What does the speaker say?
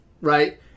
right